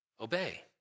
obey